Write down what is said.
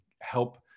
help